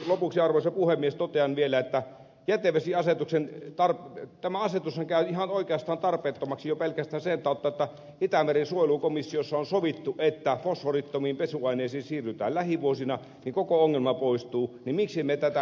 lopuksi arvoisa puhemies totean vielä että jätevesiasetushan käy oikeastaan ihan tarpeettomaksi jo pelkästään sen kautta että itämeren suojelukomissiossa on sovittu että fosforittomiin pesuaineisiin siirrytään lähivuosina ja niin koko ongelma poistuu joten miksi me tätä ilveilyä vielä jatkamme